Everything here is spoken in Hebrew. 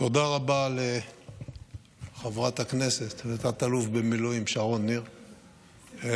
תודה רבה לחברת הכנסת ותת-אלוף במילואים שרון ניר,